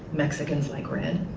mexicans like red.